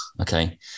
okay